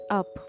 up